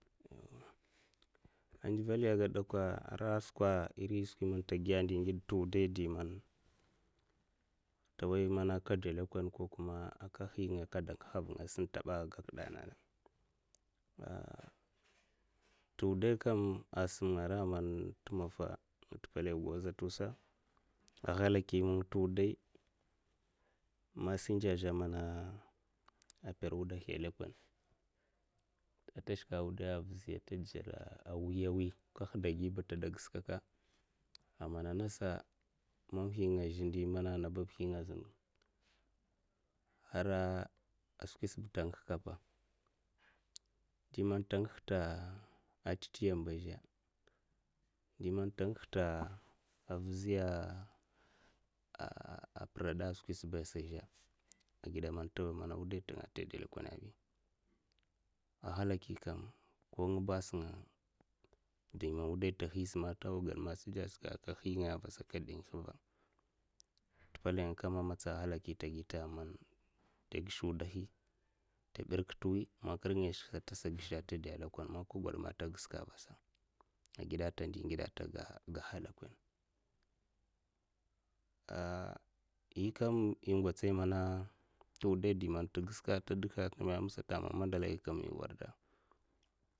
Ah'ndival nyè agwod de kwa, ara skwa iri skwi man ta giya ndi ngide ta wudahi de man ntaway man aka dè lèkonè ko kuma a'nka nhiy ngay aka de ngiha vungaya sa antaba gak'da ana? Tè wudahi kam asam nga aran man tè maffa tè palay gwoza tè'usa aghalaki nga nta wudai messanger zye mana mper wudahi a lekone ata shka wudahi avuzi ata dzudzor mwiya mwiy nka nhada gui ba nta de giska'ka amana nasa mamhi nga zey ana ndi man babhi nga zun, hara skwisa ba nta nguh nka mpa, nde man nta ngih nta n'tit nyam aza, ndi man nta ngih nta avuziya mpurada swkisa ba zhe agide man ntawai nwudai ntenga a te de lèkonè bi aghalaki'n ba ko nga basa an de man wudahi nta nhiy sa man nta ged messanger azhey sa nka nhiya avasa nga de ngih va, nta palay kam amatsa aghalaki nta gui nta, aman ta gishe wudahi nta mburke'nte wiy man kra ngaya nshke atasa a gishe ata de a lekone' ko kuma man nga gwoda ma nta giske'avasa agida nta nde ngide anta gaha lekone, ah nye kam eh gots mana nta wudai ndyi man nta giska ta deka mè sata ama mandalay ga yè war'da.